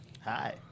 Hi